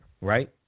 right